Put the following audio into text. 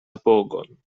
apogon